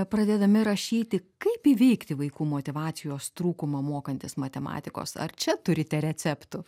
pradedami rašyti kaip įveikti vaikų motyvacijos trūkumą mokantis matematikos ar čia turite receptų